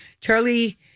Charlie